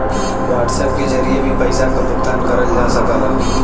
WhatsApp के जरिए भी पइसा क भुगतान करल जा सकला